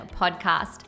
podcast